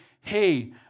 Hey